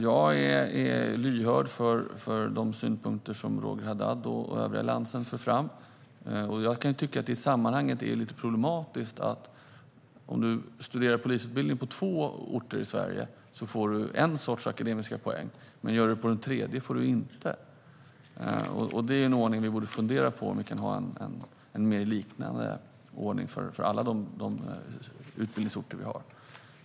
Jag är lyhörd för de synpunkter som Roger Haddad och övriga i Alliansen för fram. Jag kan tycka att det i sammanhanget är lite problematiskt att det endast är på två orter i Sverige där de som deltar i polisutbildning får en sorts akademiska poäng. Om man deltar i polisutbildningen på den tredje orten får man inte det. Det är en ordning som vi borde fundera på. Det borde vara en mer likvärd ordning för alla utbildningsorter.